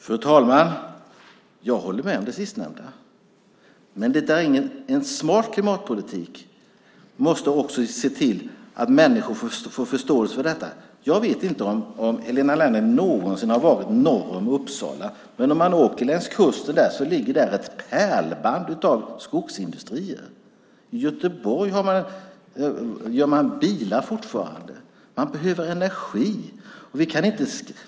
Fru talman! Jag håller med om det sistnämnda. Men en smart klimatpolitik måste också se till att människor får förståelse för detta. Jag vet inte om Helena Leander någonsin har varit norr om Uppsala. Men om man åker längs kusten där finns det ett pärlband av skogsindustrier. I Göteborg gör man fortfarande bilar. Man behöver energi.